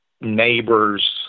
neighbors